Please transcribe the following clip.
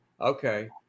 Okay